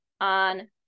on